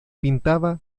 pintaba